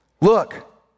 look